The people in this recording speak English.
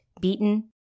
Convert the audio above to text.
beaten